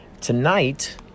Tonight